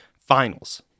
finals